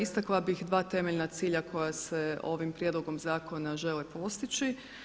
Istakla bih dva temeljna cilja koja se ovim prijedlogom zakona žele postići.